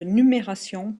numération